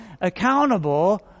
accountable